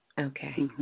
Okay